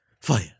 fire